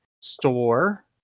store